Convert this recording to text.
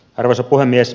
arvoisa puhemies